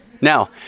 Now